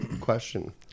Question